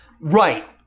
right